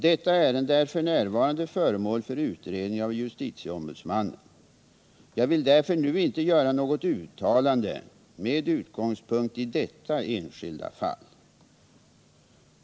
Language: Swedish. Detta ärende är f. n. föremål för utredning av justitieombudsmannen. Jag vill därför nu inte göra något uttalande med utgångspunkt i detta enskilda fall.